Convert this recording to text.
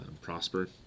prosper